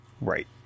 Right